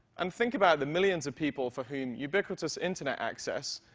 and think about the millions of people for whom ubiquitous internet access,